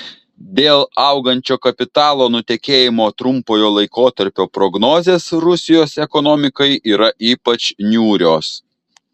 dėl augančio kapitalo nutekėjimo trumpojo laikotarpio prognozės rusijos ekonomikai yra ypač niūrios